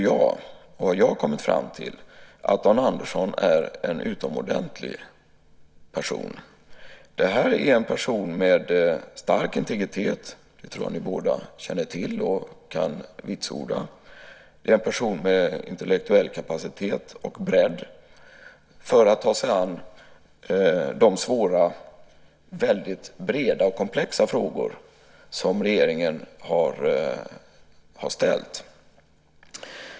Jag har kommit fram till att Dan Andersson är en utomordentlig person för den här uppgiften. Det är en person med stark integritet, som jag tror att ni båda känner till och kan vitsorda. Han är en person med intellektuell kapacitet och bredd för att ta sig an de svåra, väldigt vida och komplexa frågor som regeringen har ställt.